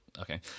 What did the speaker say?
Okay